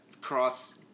Cross